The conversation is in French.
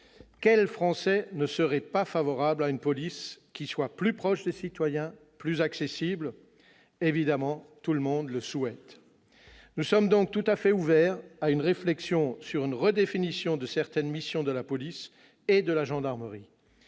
quel Français ne serait pas favorable à une police qui soit plus proche des citoyens, plus accessible ? Évidemment, tout le monde le souhaite ! Nous sommes donc tout à fait ouverts à une réflexion sur une redéfinition de certaines missions de la police et de la gendarmerie.